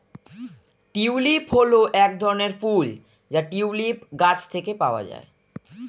tulip হল এক ধরনের ফুল যা টিউলিপ গাছ থেকে পাওয়া যায়